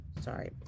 sorry